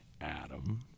Adam